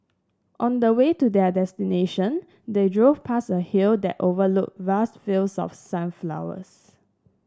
on the way to their destination they drove past a hill that overlooked vast fields of sunflowers